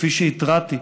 כפי שהתרעתי,